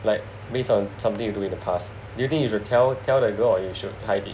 like based on something you do in the past do you think you should tell tell that girl or you should hide it